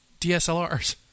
DSLRs